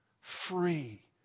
free